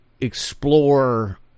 explore